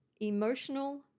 Emotional